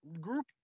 group